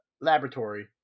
laboratory